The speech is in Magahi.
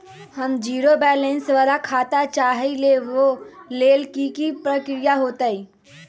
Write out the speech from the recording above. हम जीरो बैलेंस वाला खाता चाहइले वो लेल की की प्रक्रिया होतई?